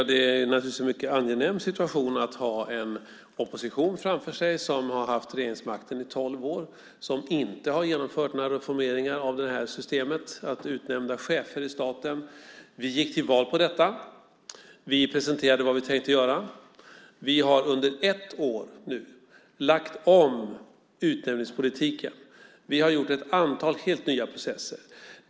Herr talman! Det är naturligtvis en mycket angenäm situation att ha en opposition framför sig som har haft regeringsmakten i tolv år och som inte har genomfört några reformeringar av detta system att utnämna chefer inom staten. Vi gick till val på detta. Vi presenterade vad vi tänkte göra. Vi har under ett år nu lagt om utnämningspolitiken. Vi har gjort ett antal helt nya processer.